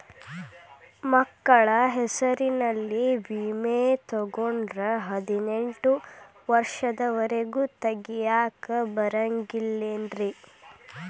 ಮಕ್ಕಳ ಹೆಸರಲ್ಲಿ ವಿಮೆ ತೊಗೊಂಡ್ರ ಹದಿನೆಂಟು ವರ್ಷದ ಒರೆಗೂ ತೆಗಿಯಾಕ ಬರಂಗಿಲ್ಲೇನ್ರಿ?